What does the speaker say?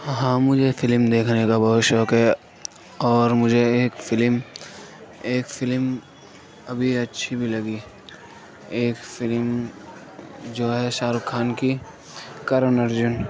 ہاں مجھے فلم دیکھنے کا بہت شوق ہے اور مجھے ایک فلم ایک فلم ابھی اچھی بھی لگی ایک فلم جو ہے شاہ رُخ خان کی کرن ارجن